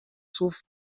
słów